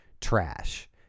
trash